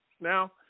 Now